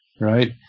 right